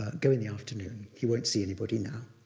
go in the afternoon, he won't see anybody now.